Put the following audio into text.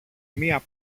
μια